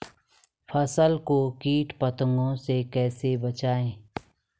फसल को कीट पतंगों से कैसे बचाएं?